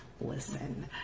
listen